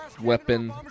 weapon